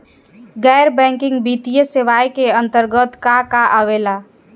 गैर बैंकिंग वित्तीय सेवाए के अन्तरगत का का आवेला?